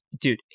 dude